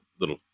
little